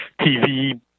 TV